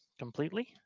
Completely